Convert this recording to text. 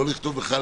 לא לכתוב בכלל,